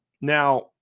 Now